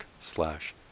slash